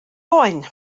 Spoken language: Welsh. oen